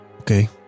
Okay